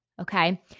okay